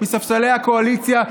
מספסלי הקואליציה.